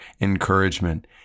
encouragement